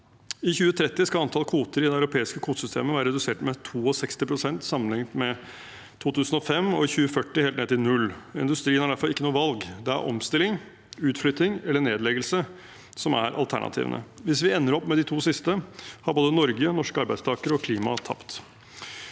I 2030 skal antall kvoter i det europeiske kvotesystemet være redusert med 62 pst. sammenlignet med 2005 – og i 2040 helt ned til null. Industrien har derfor ikke noe valg. Det er omstilling, utflytting eller nedleggelse som er alternativene. Hvis vi ender opp med de to siste, har både Norge, norske arbeidstakere og klimaet tapt.